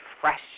fresh